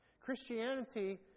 Christianity